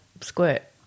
squirt